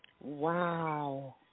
Wow